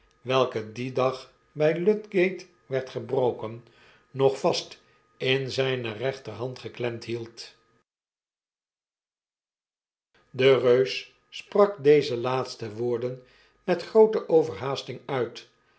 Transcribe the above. welke dien dag bij lud gate werd gebroken nog vast in zyne rechterhand geklemd hield de reus sprak deze laatste woorden met groote overhaasting uit